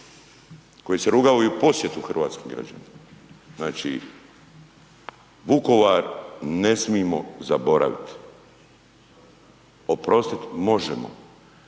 koji se rugao i u posjetu hrvatskim građanima. Znači, Vukovar ne smijemo zaboravit, oprostit možemo.